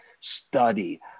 study